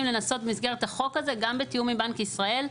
לנסות במסגרת החוק הזה גם בתיאום עם בנק ישראל,